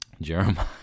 jeremiah